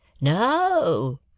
No